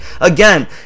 again